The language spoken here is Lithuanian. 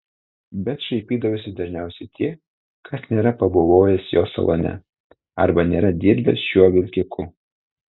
bet šaipydavosi dažniausiai tie kas nėra pabuvojęs jo salone arba nėra dirbęs šiuo vilkiku